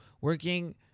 working